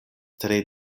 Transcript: tre